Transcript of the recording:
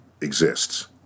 exists